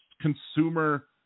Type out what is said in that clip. consumer